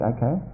Okay